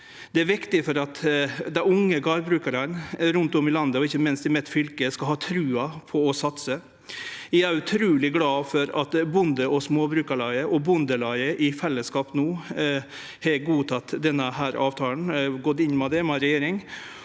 Det er viktig for at dei unge gardbrukarane rundt om i landet, og ikkje minst i mitt fylke, skal ha trua på å satse. Eg er òg utruleg glad for at Norsk Bonde- og Småbrukarlag og Bondelaget i fellesskap har godteke denne avtalen, og inngått han med regjeringa